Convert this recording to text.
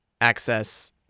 access